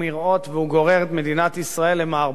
את מדינת ישראל למערבולת שאין לה תקנה.